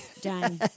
done